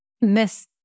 Miss